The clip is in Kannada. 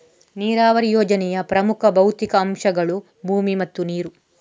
ನೀರಾವರಿ ಯೋಜನೆಯ ಪ್ರಮುಖ ಭೌತಿಕ ಅಂಶಗಳು ಭೂಮಿ ಮತ್ತು ನೀರು